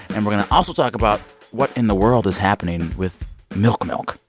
and we're going to also talk about what in the world is happening with milk milk.